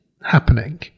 happening